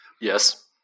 Yes